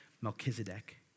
Melchizedek